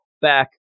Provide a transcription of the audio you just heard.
back